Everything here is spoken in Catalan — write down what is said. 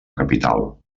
capital